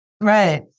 Right